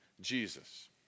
Jesus